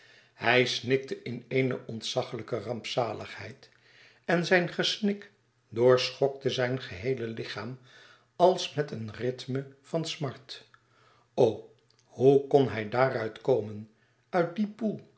hij snikte in eene ontzachlijke rampzaligheid en zijn gesnik doorschokte zijn geheele lichaam als met een rythme van smart o hoe kon hij daaruit komen uit dien poel